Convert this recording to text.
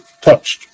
touched